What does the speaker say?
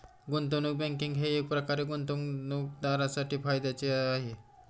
गुंतवणूक बँकिंग हे एकप्रकारे गुंतवणूकदारांसाठी फायद्याचेच आहे